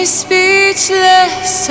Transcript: speechless